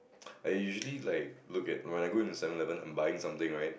like usually like look at when I go into Seven-Eleven I'm buying something right